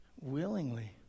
willingly